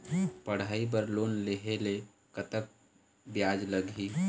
पढ़ई बर लोन लेहे ले कतक ब्याज लगही?